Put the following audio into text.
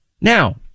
Now